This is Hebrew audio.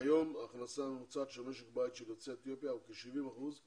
כיום ההכנסה הממוצעת של משק בית של יוצאי אתיופיה הוא כ-70 אחוזים